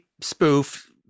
spoof